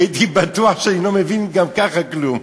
כי הייתי בטוח שאני לא מבין גם ככה כלום,